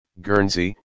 Guernsey